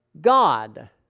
God